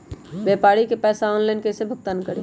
व्यापारी के पैसा ऑनलाइन कईसे भुगतान करी?